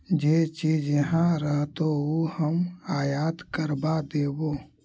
जे चीज इहाँ रहतो ऊ हम आयात करबा देबो